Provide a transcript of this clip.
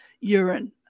urine